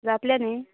जातलें न्ही